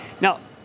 Now